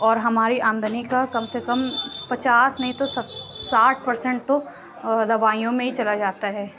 اور ہماری آمدنی کا کم سے کم پچاس نہیں تو ساٹھ پرسینٹ تو دوائیوں میں ہی چلا جاتا ہے